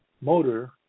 motor